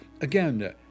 Again